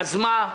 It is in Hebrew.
אז מה?